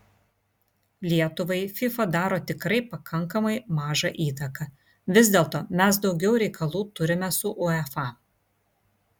lietuvai fifa daro tikrai pakankamai mažą įtaką vis dėlto mes daugiau reikalų turime su uefa